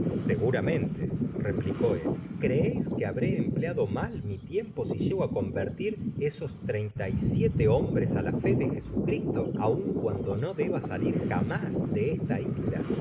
seguramente replicó él creéis que habré empleado mal mi tiempo si llego i convertir esos treinta y siete hombres a la fe de jesucristo aun cuando no deba salir jamás de esta isla